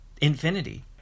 Infinity